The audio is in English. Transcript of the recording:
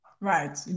Right